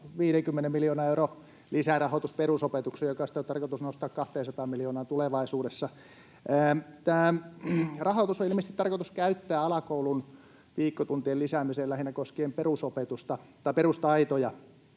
50 miljoonan euron lisärahoitus perusopetukseen, joka sitten on tarkoitus nostaa 200 miljoonaan tulevaisuudessa. Tämä rahoitus on ilmeisesti tarkoitus käyttää alakoulun viikkotuntien lisäämiseen lähinnä koskien perustaitoja,